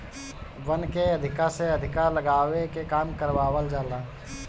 वन के अधिका से अधिका लगावे के काम करवावल जाला